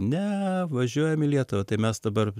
ne važiuojam į lietuvą tai mes dabar